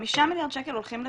חמישה מיליארד שקל הולכים לפרויקט,